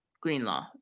Greenlaw